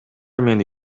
мени